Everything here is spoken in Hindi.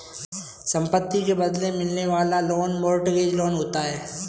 संपत्ति के बदले मिलने वाला लोन मोर्टगेज लोन होता है